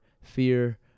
fear